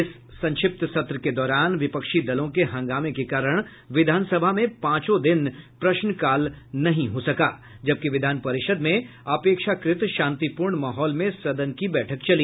इस संक्षिप्त सत्र के दौरान विपक्षी दलों के हंगामे के कारण विधान सभा में पांचों दिन प्रश्नकाल नहीं हो सका जबकि विधान परिषद् में अपेक्षाकृत शांतिपूर्ण माहौल में सदन की बैठक चली